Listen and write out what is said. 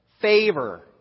favor